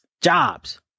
Jobs